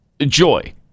joy